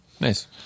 Nice